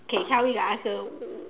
tell me your answer